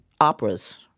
operas